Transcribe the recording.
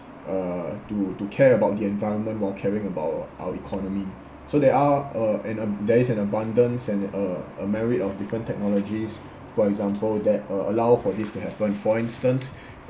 uh to to care about the environment while caring about our economy so there are uh and uh there is an abundance and uh a merit of different technologies for example that uh allow for this to happen for instance